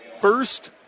First